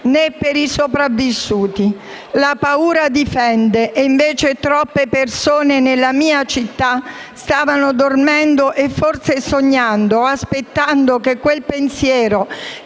e per i sopravvissuti. La paura difende e, invece, troppe persone nella mia città stavano dormendo e, forse, sognando o aspettando che quel pensiero